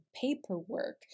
paperwork